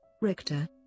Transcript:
Richter